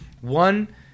One